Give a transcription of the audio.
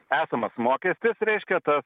esamas mokestis reiškia tas